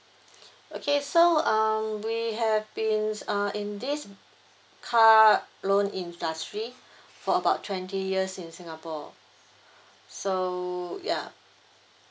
okay so um we have been uh in this car loan industry for about twenty years in singapore so yup